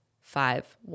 five